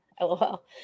lol